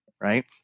right